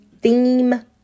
theme